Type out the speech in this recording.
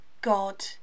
God